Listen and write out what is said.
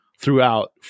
throughout